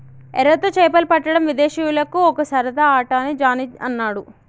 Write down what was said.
ఎరతో చేపలు పట్టడం విదేశీయులకు ఒక సరదా ఆట అని జానీ అన్నాడు